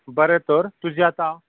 बरें तर तुजी आतां